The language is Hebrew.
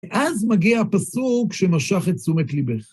ואז מגיע הפסוק שמשך את תשומת לבך.